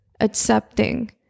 accepting